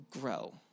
grow